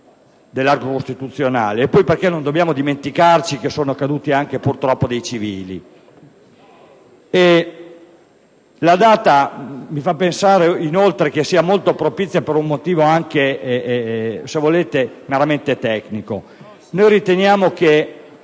dell'arco costituzionale e poi perché non dobbiamo dimenticare che purtroppo sono caduti anche civili. La data mi fa pensare inoltre sia molto propizia per un motivo, se volete, meramente tecnico: riteniamo che